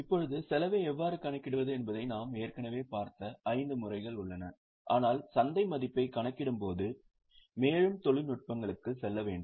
இப்போது செலவை எவ்வாறு கணக்கிடுவது என்பதை நாம் ஏற்கனவே பார்த்த ஐந்து முறைகள் உள்ளன ஆனால் சந்தை மதிப்பைக் கணக்கிடும்போது மேலும் தொழில்நுட்பங்களுக்கு செல்ல வேண்டும்